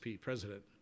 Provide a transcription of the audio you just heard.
president